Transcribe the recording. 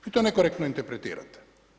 Vi to nekorektno interpretirate.